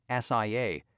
SIA